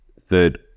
third